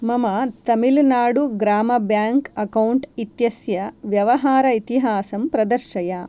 मम Tamil Nadu Grama bank account इत्यस्य व्यवहार इतिहासं प्रदर्शय